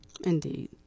Indeed